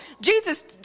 Jesus